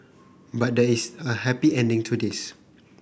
but there is a happy ending to this